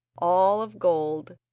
all of gold,